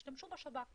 השתמשו בה השב"כ,